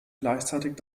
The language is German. gleichzeitig